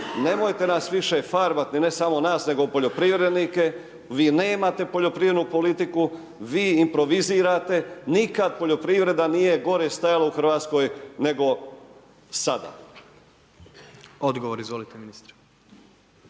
Nemojte nas više farbati ni ne samo nas nego poljoprivrednike, vi nemate poljoprivrednu politiku, vi improvizirate, nikad poljoprivreda nije gore stajala u Hrvatskoj nego sada. **Jandroković, Gordan